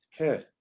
Okay